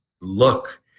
look